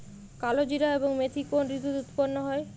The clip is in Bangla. কালোজিরা এবং মেথি কোন ঋতুতে উৎপন্ন হয়?